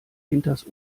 hinters